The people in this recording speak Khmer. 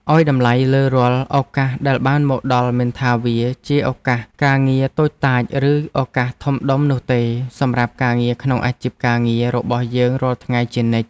ឱ្យតម្លៃលើរាល់ឱកាសដែលបានមកដល់មិនថាវាជាឱកាសការងារតូចតាចឬឱកាសធំដុំនោះទេសម្រាប់ការងារក្នុងអាជីពការងាររបស់យើងរាល់ថ្ងៃជានិច្ច។